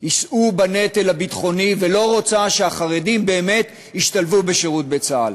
יישאו בנטל הביטחוני ולא רוצה שהחרדים באמת ישתלבו בשירות בצה"ל.